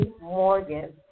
Morgan